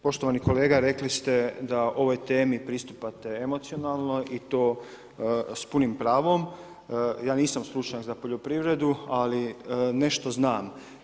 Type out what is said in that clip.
Poštovani kolega, rekli ste da ovoj temi pristupate emocionalno i to s punim pravom, ja nisam stručnjak za poljoprivredu ali nešto znam.